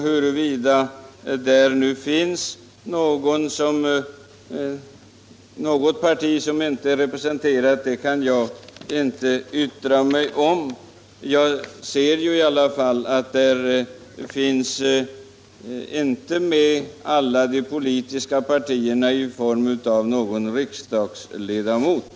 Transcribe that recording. Huruvida det finns något parti som inte är representerat på denna lista kan jag inte yttra mig om. Av listan framgår dock att inte alla politiska partier är representerade av riksdagsledamöter.